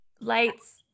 Lights